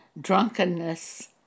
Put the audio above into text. drunkenness